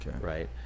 right